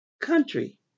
country